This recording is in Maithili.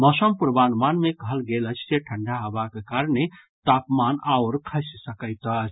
मौसम पूर्वानुमान मे कहल गेल अछि जे ठंढा हवा के कारणे तापमान आओर खसि सकैत अछि